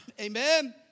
Amen